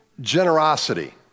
generosity